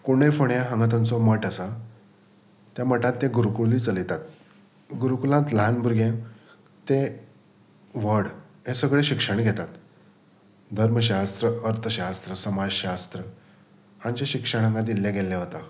कुंडय फोडें हांगा तांचो मठ आसा त्या मटांत ते गुरुकुली चलयतात गुरुकुलांत ल्हान भुरगें ते व्हड हें सगळें शिक्षण घेतात धर्मशास्त्र अर्थशास्त्र समाजशास्त्र हांचें शिक्षण हांगा दिल्ले गेल्लें वता